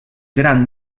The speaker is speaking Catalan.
gran